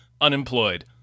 unemployed